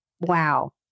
Wow